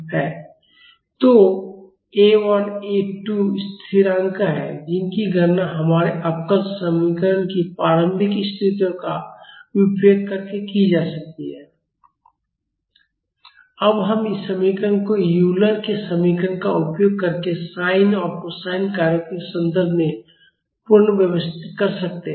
तो A 1 और A 2 स्थिरांक हैं जिनकी गणना हमारे अवकल समीकरण की प्रारंभिक स्थितियों का उपयोग करके की जा सकती है अब हम इस समीकरण को यूलर के समीकरण का उपयोग करके साइन और कोसाइन कार्यों के संदर्भ में पुनर्व्यवस्थित कर सकते हैं